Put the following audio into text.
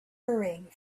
hurrying